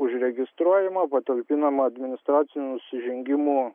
užregistruojama patalpinama administracinių nusižengimų